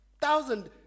thousand